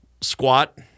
squat